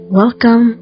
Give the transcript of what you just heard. welcome